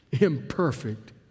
imperfect